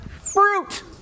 Fruit